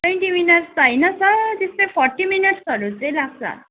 twenty minutes त होइन sir त्यस्तै फोर्ट्टी मिनट्सहरू चाहिँ लाग्छ